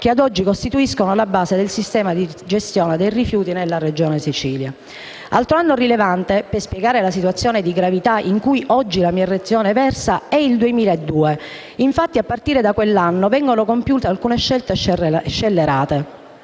che ad oggi costituiscono la base del sistema di gestione dei rifiuti nella Regione Siciliana. Altro anno rilevante per spiegare la situazione di gravità in cui oggi versa la mia Regione è il 2002. Infatti, a partire da quell'anno vengono compiute alcune scelte scellerate: